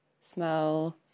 smell